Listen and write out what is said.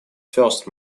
first